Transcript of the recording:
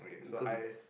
so I